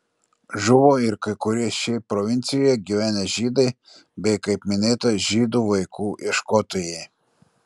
žuvo ir kai kurie šiaip provincijoje gyvenę žydai bei kaip minėta žydų vaikų ieškotojai